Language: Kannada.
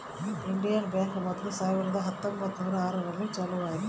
ಇಂಡಿಯನ್ ಬ್ಯಾಂಕ್ ಮೊದ್ಲು ಸಾವಿರದ ಹತ್ತೊಂಬತ್ತುನೂರು ಆರು ರಲ್ಲಿ ಚಾಲೂ ಆಯ್ತು